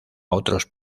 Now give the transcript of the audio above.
otros